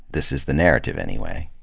this is the narrative, anyway.